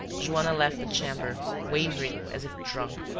joanna left the chamber, wavering as if drunk,